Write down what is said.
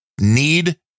need